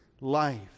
life